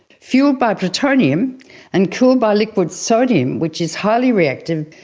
fuelled by plutonium and cooled by liquid sodium, which is highly reactive,